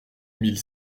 mille